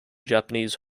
japanese